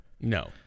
No